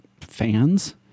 fans